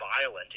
violent